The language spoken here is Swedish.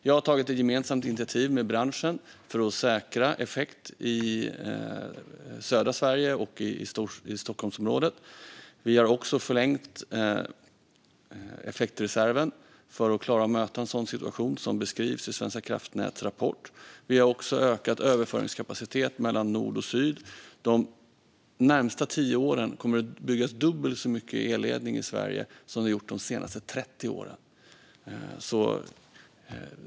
Jag har tagit ett gemensamt initiativ med branschen för att säkra effekt i södra Sverige och Stockholmsområdet. Vi har också förlängt effektreserven för att klara att möta en sådan situation som beskrivs i Svenska kraftnäts rapport. Vi har också ökat överföringskapaciteten mellan nord och syd. De närmaste tio åren kommer det att byggas dubbelt så mycket elledning i Sverige som det har gjorts de senaste 30 åren.